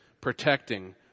protecting